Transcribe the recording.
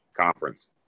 conference